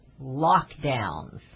lockdowns